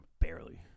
Barely